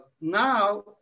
now